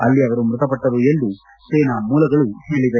ಅಲ್ಲಿ ಅವರು ಮೃತಪಟ್ಟರು ಎಂದು ಸೇನಾ ಮೂಲಗಳು ಹೇಳವೆ